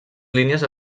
línies